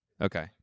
Okay